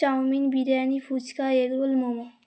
chowmein biryani phuchka egg roll momo